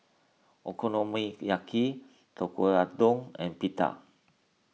Okonomiyaki Tekkadon and Pita